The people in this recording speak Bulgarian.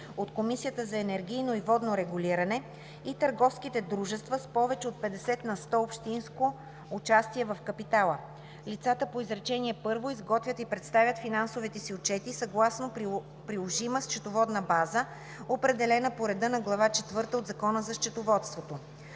от Комисията за енергийно и водно регулиране и търговските дружества с повече от 50 на сто общинско участие в капитала. Лицата по изречение първо изготвят и представят финансовите си отчети съгласно приложима счетоводна база, определена по реда на Глава четвърта от Закона за счетоводството.“;